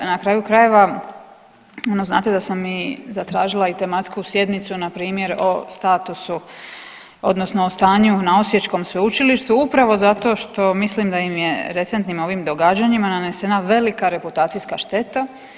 Na kraju krajeva ono znate da sam zatražila i tematsku sjednicu npr. o statusu odnosno o stanju na osječkom sveučilištu upravo zato što mislim da im je recentnim ovim događanjima nanesena velika reputacijska šteta.